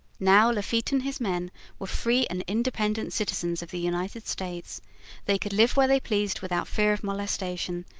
now lafitte and his men were free and independent citizens of the united states they could live where they pleased without fear of molestation,